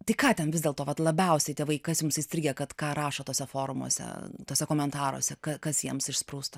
tai ką ten vis dėl to vat labiausiai tėvai kas jums įstrigę kad ką rašo tuose forumuose tuose komentaruose k kas jiems išsprūsta